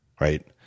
Right